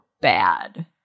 bad